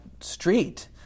street